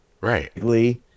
Right